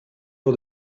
for